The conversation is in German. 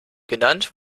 genannt